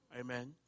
Amen